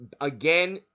again